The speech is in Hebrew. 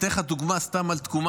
אני אתן לך סתם דוגמה על תקומה,